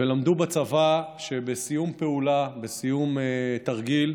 ולמדו בצבא שבסיום פעולה, בסיום תרגיל,